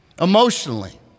emotionally